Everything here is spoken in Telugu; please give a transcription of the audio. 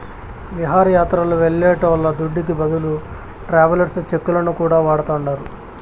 విహారయాత్రలు వెళ్లేటోళ్ల దుడ్డుకి బదులు ట్రావెలర్స్ చెక్కులను కూడా వాడతాండారు